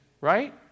right